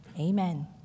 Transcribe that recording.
Amen